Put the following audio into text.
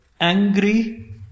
angry